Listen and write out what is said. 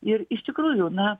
ir iš tikrųjų na